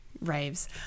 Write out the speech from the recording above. Raves